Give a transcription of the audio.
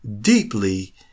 deeply